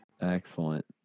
Excellent